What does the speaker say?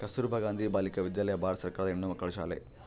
ಕಸ್ತುರ್ಭ ಗಾಂಧಿ ಬಾಲಿಕ ವಿದ್ಯಾಲಯ ಭಾರತ ಸರ್ಕಾರದ ಹೆಣ್ಣುಮಕ್ಕಳ ಶಾಲೆ